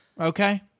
okay